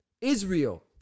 Israel